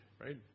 Right